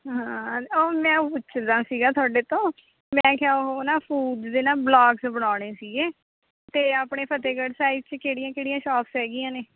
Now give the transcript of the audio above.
ਹਾਂ ਉਹ ਮੈਂ ਉਹ ਪੁੱਛਣਾ ਸੀਗਾ ਤੁਹਾਡੇ ਤੋਂ ਮੈਂ ਕਿਹਾ ਉਹ ਨਾ ਫੂਡ ਦੇ ਨਾ ਬਲੋਗਸ ਬਣਾਉਣੇ ਸੀਗੇ ਅਤੇ ਆਪਣੇ ਫਤਿਹਗੜ੍ਹ ਸਾਹਿਬ 'ਚ ਕਿਹੜੀਆਂ ਕਿਹੜੀਆਂ ਸ਼ੋਪਸ ਹੈਗੀਆਂ ਨੇ